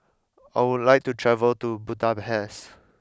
I would like to travel to Budapest